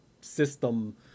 system